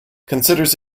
considers